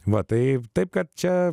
va taip taip kad čia